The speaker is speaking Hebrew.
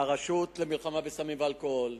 הרשות למלחמה בסמים ואלכוהול.